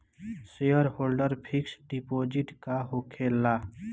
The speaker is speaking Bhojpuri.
सेयरहोल्डर फिक्स डिपाँजिट का होखे ला?